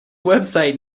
website